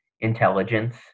intelligence